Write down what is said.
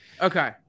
Okay